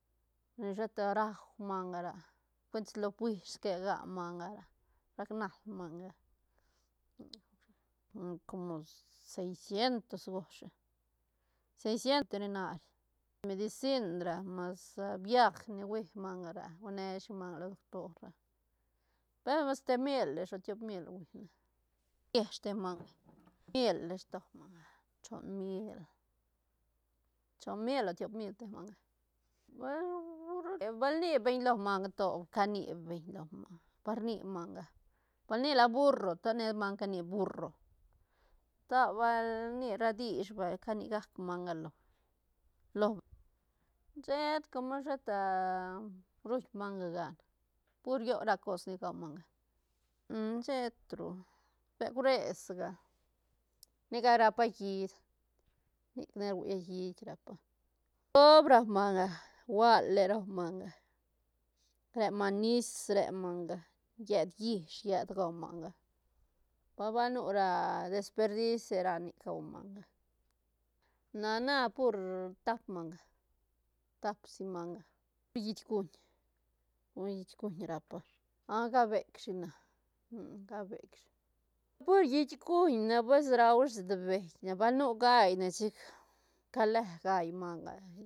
Sheta rau manga ra cuentis lo fuish si que ga manga ra rac nal manga como seis cientos gosh shi seis sientos veterinari medicin ra mas viaj ni hui manga ra huine shi manga lo doctor ra, per mas te mil ish o tiop mil huine uiesh te manga te mil ish to manga choon mil- choon mil o tiop mil te manga bal ni beñ lo manga to cani beñ lo manga ba rni manga bal ni la burro to ne manga cani burro to bal nila dich vay cani gac manga lo- lo, sheta como sheta ruñ manga gan pur rio ra cos ni rau manga sheta ru beuk re si gal nica rapa hiit nic ne ruia hiit rapa shob rau manga guale rua manga re manga nis re manga llet llish llet gua manga ba- ba nu ra desperdis se ra nic gua manga na- na pur tap manga tap si manga pur hiit cuñ-pur hiit cuñ rapa ah cabec shi na ca bec shi pur hiit cuñne pues rau sutbeï ne, bal ni gall ne chic cale gall manga.